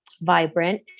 vibrant